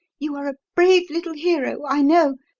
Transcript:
you are a brave little hero, i know,